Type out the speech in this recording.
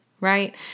right